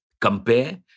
compare